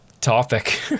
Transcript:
topic